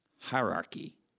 hierarchy